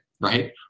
Right